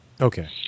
Okay